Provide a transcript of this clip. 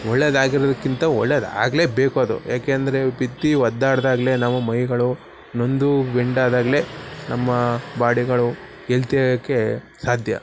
ಒಳ್ಳೆಯದಾಗಿರುವುದಕ್ಕಿಂತ ಒಳ್ಳೆಯದಾಗಲೇ ಬೇಕು ಅದು ಯಾಕೆಂದರೆ ಬಿದ್ದು ಒದ್ದಾಡಿದಾಗ್ಲೆ ನಾವು ಮೈಗಳು ನೊಂದು ಬೆಂಡಾದಾಗಲೇ ನಮ್ಮ ಬಾಡಿಗಳು ಎಲ್ತಿಯಾಗೋಕ್ಕೆ ಸಾಧ್ಯ